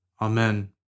Amen